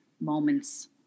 moments